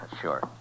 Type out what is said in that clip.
Sure